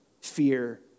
fear